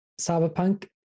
Cyberpunk